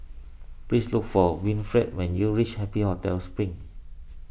please look for Winfred when you reach Happy Hotel Spring